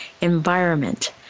environment